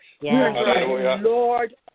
Lord